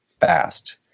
fast